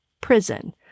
prison